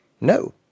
no